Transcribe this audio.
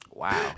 Wow